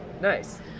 Nice